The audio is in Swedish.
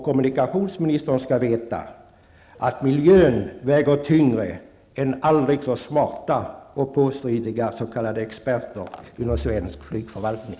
Kommunikationsministern skall veta att miljön väger tyngre än aldrig så smarta och påstridiga s.k. experter inom svensk flygförvaltning.